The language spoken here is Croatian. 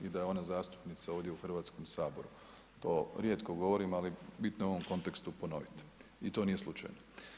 I da je ona zastupnica ovdje u Hrvatskom saboru, to rijetko govorim ali bitno je u ovom kontekstu ponovit i to nije slučajno.